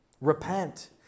Repent